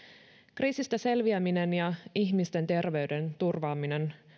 kriisistä selviäminen ja ihmisten terveyden turvaaminen